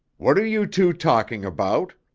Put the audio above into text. what are you two talking about?